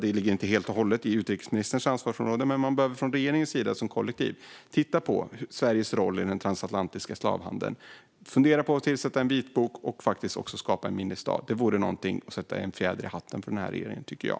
Det ligger inte helt och hållet inom utrikesministerns ansvarsområde, men man behöver från regeringens sida som kollektiv titta på Sveriges roll i den transatlantiska slavhandeln, fundera på att tillsätta en vitbok och faktiskt också skapa en minnesdag. Det vore en fjäder i hatten för den här regeringen, tycker jag.